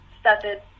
started